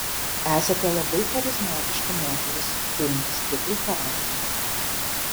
esate labai charizmatiška moteris turinti stiprų charakterį